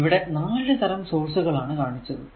ഇവിടെ 4 തരം സോഴ്സുകൾ ആണ് കാണിച്ചത്